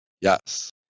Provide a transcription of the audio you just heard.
Yes